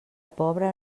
pobre